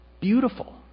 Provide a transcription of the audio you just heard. Beautiful